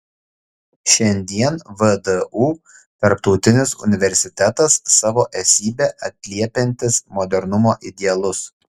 šiandien vdu tarptautinis universitetas savo esybe atliepiantis modernumo idealus